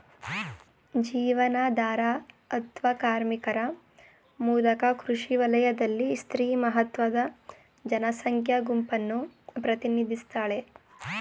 ಜೀವನಾಧಾರ ಅತ್ವ ಕಾರ್ಮಿಕರ ಮೂಲಕ ಕೃಷಿ ವಲಯದಲ್ಲಿ ಸ್ತ್ರೀ ಮಹತ್ವದ ಜನಸಂಖ್ಯಾ ಗುಂಪನ್ನು ಪ್ರತಿನಿಧಿಸ್ತಾಳೆ